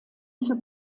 für